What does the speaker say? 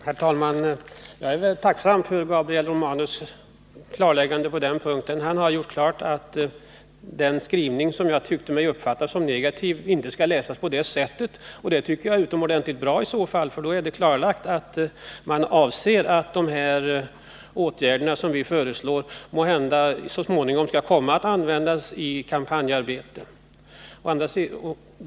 Herr talman! Jag är tacksam för Gabriel Romanus klarläggande. Han har gjort klart att den skrivning som jag uppfattat som negativ inte skall läsas på det sättet, och det tycker jag i så fall är utomordentligt bra. Då är det klarlagt att man anser att de åtgärder som vi föreslår måhända så småningom kan komma att användas i kampanjarbetet.